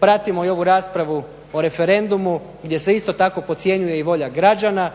pratimo i ovu raspravu o referendumu gdje se isto tako podcjenjuje volja građana